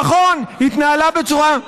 נכון, היא התנהלה בצורה,